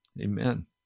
Amen